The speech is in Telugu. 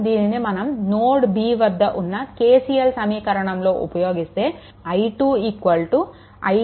కనుక దీనిని మనం నోడ్ B వద్ద ఉన్న KCL సమీకరణంలో ఉపయోగిస్తే i2 i3 - 3i4 అవుతుంది